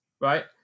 right